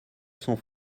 cents